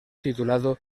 titulado